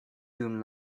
dum